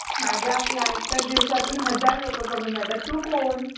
माझा फ्लॅट तर दिवसातून हजार लोकं बघून जातात तू कोण